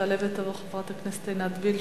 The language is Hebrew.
תעלה ותבוא חברת הכנסת עינת וילף.